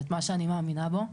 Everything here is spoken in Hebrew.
ואת מה שאני מאמינה בו.